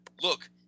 look